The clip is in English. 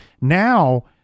now